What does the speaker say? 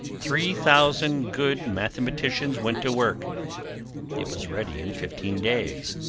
three thousand good mathematicians went to work it was ready in fifteen days,